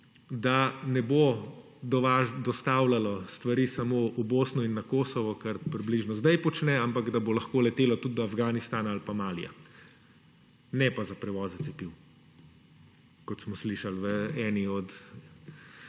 da ne bo dostavljalo stvari samo v Bosno in na Kosovo, kar približno zdaj počne, ampak da bo lahko letelo tudi do Afganistana ali pa Malija. Ne pa za prevoze cepiv, kot smo slišali v eni od